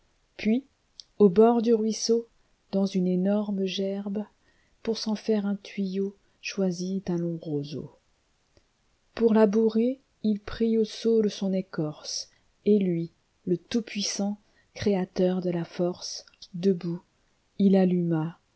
puis au bord du ruisseau dans une énorme gerbe pour s'en faire un tuyau choisit un long roseau pour la bourrer il prit au saule son écorce et lui le tout-puissant créateur de la force debout il alluma